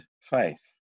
faith